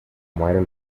muere